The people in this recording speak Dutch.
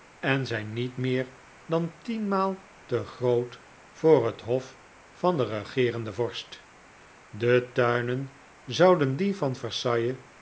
en zijn niet meer dan tienmaal te groot voor het hof van den regeerenden vorst de tuinen zouden die van versailles